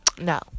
No